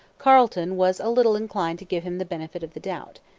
carleton was a little inclined to give him the benefit of the doubt.